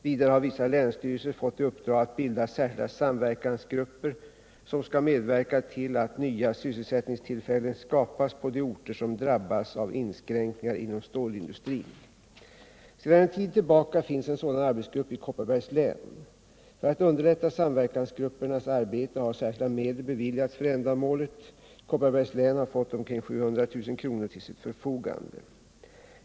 Vidare har vissa länsstyrelser fått i uppdrag att bilda särskilda samverkansgrupper, som skall medverka till att nya sysselsättningstillfällen skapas på de orter som drabbas av inskränkningar inom stålindustrin. Sedan en tid tillbaka finns en sådan arbetsgrupp i Kopparbergs län. För att underlätta samverkansgruppernas arbete har särskilda medel beviljats för ändamålet. Kopparbergs län har fått omkring 700000 kr. till sitt förfogande.